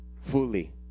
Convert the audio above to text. fully